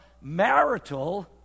marital